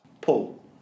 Paul